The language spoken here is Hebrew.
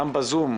גם בזום,